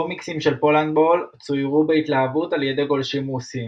קומיקסים של פולנדבול צוירו בהתלהבות על ידי גולשים רוסים.